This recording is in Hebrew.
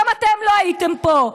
גם אתם לא הייתם פה,